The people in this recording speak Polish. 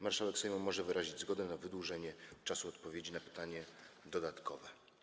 Marszałek Sejmu może wyrazić zgodę na wydłużenie czasu odpowiedzi na pytanie dodatkowe.